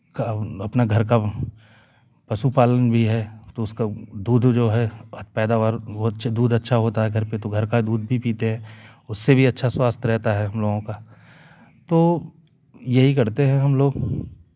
क अपना घर का पशुपालन भी है तो उसका दूध जो है पैदावार बहुत दूध अच्छा होता है घर पर तो घर का दूध भी पीते हैं उससे भी अच्छा स्वास्थ्य रहता है हम लोगों का तो यही करते हैं हम लोग